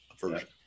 version